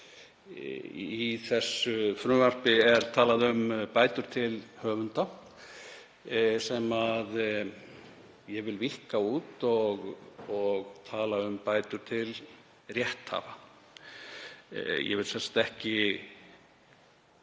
Í þessu frumvarpi er talað um bætur til höfunda. Ég vil víkka það út og tala um bætur til rétthafa. Ég er ekki